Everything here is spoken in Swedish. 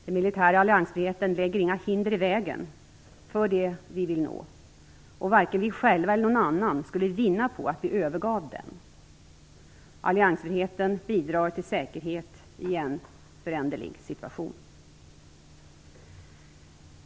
Den militära alliansfriheten lägger inga hinder i vägen för det vi vill nå, och varken vi själva eller någon annan skulle vinna på att vi övergav den. Alliansfriheten bidrar till säkerhet i en föränderlig situation.